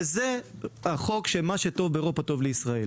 זה החוק "מה שטוב לאירופה טוב לישראל".